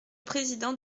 président